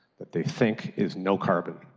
they think is no carbon.